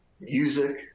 music